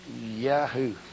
yahoo